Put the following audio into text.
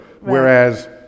Whereas